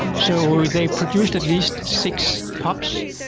so they produced at least six pups.